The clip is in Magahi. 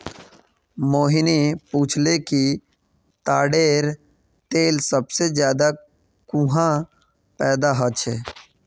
मोहिनी पूछाले कि ताडेर तेल सबसे ज्यादा कुहाँ पैदा ह छे